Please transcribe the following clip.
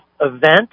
event